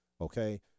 okay